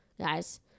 guys